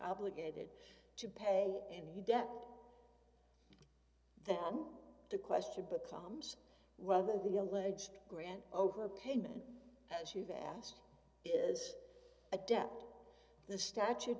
obligated to pay any debt them the question becomes whether the alleged grant overpayment as you've asked is a debt the statute